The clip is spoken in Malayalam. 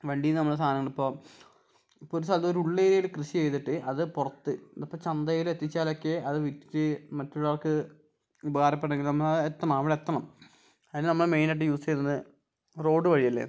വണ്ടിയിൽനിന്ന് നമ്മൾ സാധനങ്ങളിപ്പോൾ ഇപ്പം ഒരു സ്ഥലത്ത് ഒരു ഉള്ളേരിയയിൽ കൃഷി ചെയ്തിട്ട് അത് പുറത്ത് ഇതിപ്പം ചന്തയിൽ എത്തിച്ചാലൊക്കെ അത് വിറ്റ് മറ്റുള്ളവർക്ക് ഉപകാരപ്പെടണമെങ്കിൽ നമ്മളെത്തണം അവിടെ എത്തണം അതിന് നമ്മൾ മെയിനായിട്ട് യൂസ് ചെയ്യുന്നത് റോഡ് വഴിയല്ലേ